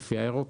לפי האירופי.